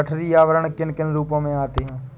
गठरी आवरण किन किन रूपों में आते हैं?